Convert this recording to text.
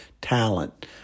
talent